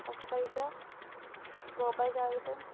ఒక పైసా రూపాయి కాగితం